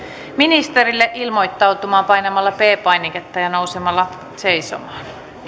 ministerille ilmoittautumaan painamalla p painiketta ja nousemalla seisomaan